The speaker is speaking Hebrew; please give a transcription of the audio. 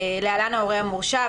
"(להלן ההורה המורשע),